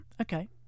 Okay